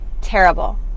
Terrible